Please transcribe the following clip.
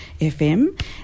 FM